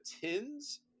tins